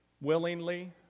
Willingly